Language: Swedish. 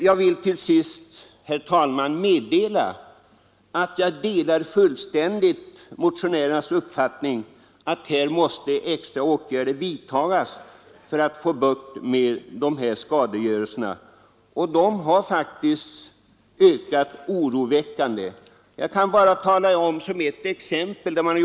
Jag vill till sist, herr talman, anföra att jag fullständigt delar motionärernas uppfattning att extra åtgärder måste vidtagas för att man skall få bukt med dessa skadegörare, som faktiskt har ökat oroväckande. Jag kan nämna ett exempel.